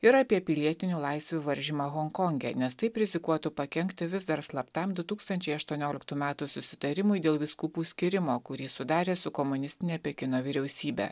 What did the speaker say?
ir apie pilietinių laisvių varžymą honkonge nes taip rizikuotų pakenkti vis dar slaptam du tūkstančiai aštuonioliktų metų susitarimui dėl vyskupų skyrimo kurį sudarė su komunistine pekino vyriausybe